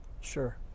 Sure